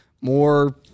more